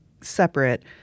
separate